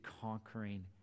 conquering